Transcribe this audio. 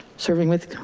serving with